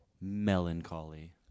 Melancholy